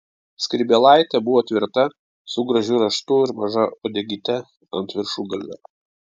skrybėlaitė buvo tvirta su gražiu raštu ir maža uodegyte ant viršugalvio